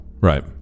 Right